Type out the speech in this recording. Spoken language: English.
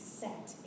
set